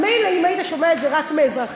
מילא אם היית שומע את זה רק מאזרחים,